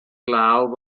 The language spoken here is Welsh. glaw